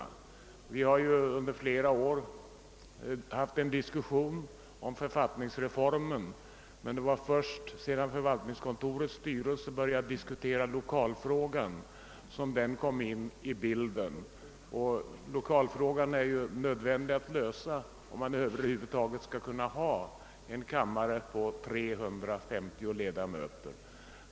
Vi har under flera år fört en diskussion om författningsreformen, men först sedan förvaltningskontorets styrelse börjat diskutera lokalproblemet kom denna fråga in i bilden. Lokalfrågan måste ju lösas, om man över huvud taget skall kunna ha en kammare med 350 ledamöter.